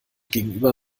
gegenüber